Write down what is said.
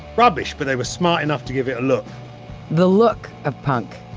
rubbish! but they were smart enough to give it a look the look of punk,